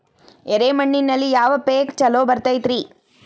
ಎರೆ ಮಣ್ಣಿನಲ್ಲಿ ಯಾವ ಪೇಕ್ ಛಲೋ ಬರತೈತ್ರಿ?